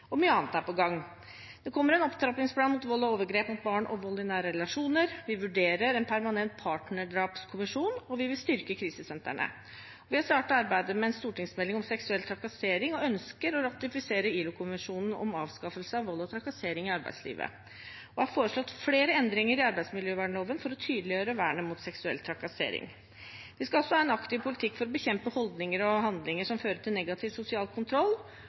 Og mye annet er på gang. Det kommer en opptrappingsplan mot vold og overgrep mot barn og vold i nære relasjoner, vi vurderer en permanent partnerdrapskommisjon, og vi vil styrke krisesentrene. Vi har startet arbeidet med en stortingsmelding om seksuell trakassering, vi ønsker å ratifisere ILO-konvensjonen om avskaffelse av vold og trakassering i arbeidslivet og har foreslått flere endringer i arbeidsmiljøloven for å tydeliggjøre vernet mot seksuell trakassering. Vi skal også ha en aktiv politikk for å bekjempe holdninger og handlinger som fører til negativ sosial kontroll,